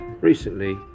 Recently